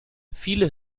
viele